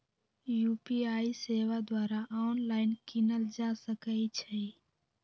UPI सेवा द्वारा online कीनल जा सकइ छइ